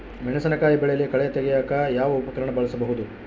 ಮೆಣಸಿನಕಾಯಿ ಬೆಳೆಯಲ್ಲಿ ಕಳೆ ತೆಗಿಯಾಕ ಯಾವ ಉಪಕರಣ ಬಳಸಬಹುದು?